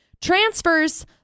transfers